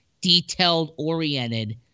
detailed-oriented